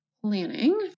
planning